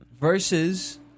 Versus